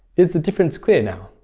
is the difference clear now?